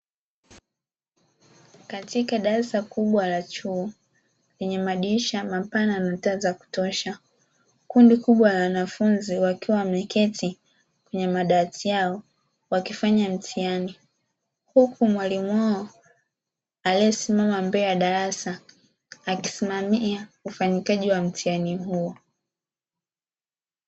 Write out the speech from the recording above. Katika darasa kubwa la chuo, lenye madirisha mapana na taa za kutosha, kundi kubwa la wanafunzi wakiwa wameketi kwenye madawati yao, wakifanya mtihani huku mwalimu wao aliyesimama mbele ya darasa, akisimamia ufanyikaji wa mtihani huo.